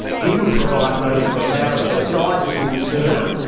didn't provide money for a barrister so i just didn't turn up.